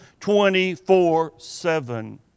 24-7